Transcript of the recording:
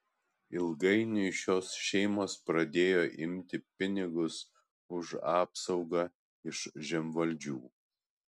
ilgainiui šios šeimos pradėjo imti pinigus už apsaugą iš žemvaldžių